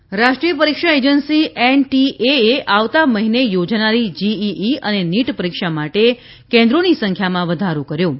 JEE NEET રાષ્ટ્રીય પરીક્ષા agency એનટીએએ આવતા મહીને યોજાનારી જીઇઇ અને નીટ પરીક્ષા માટે કેન્દ્રોની સંખ્યામાં વધારો કર્યો છે